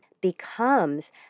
becomes